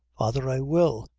father, i will.